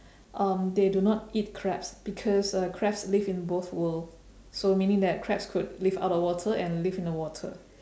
um they do not eat crabs because uh crabs live in both world so meaning that crabs could live out of water and live in the water